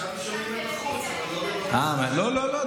שומעים מבחוץ, לא לא לא.